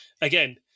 again